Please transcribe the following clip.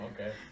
okay